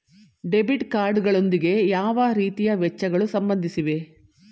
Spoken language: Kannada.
ಡೆಬಿಟ್ ಕಾರ್ಡ್ ಗಳೊಂದಿಗೆ ಯಾವ ರೀತಿಯ ವೆಚ್ಚಗಳು ಸಂಬಂಧಿಸಿವೆ?